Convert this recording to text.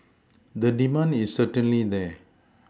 the demand is certainly there